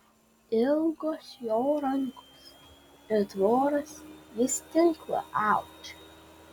ilgos jo rankos it voras jis tinklą audžia